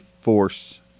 force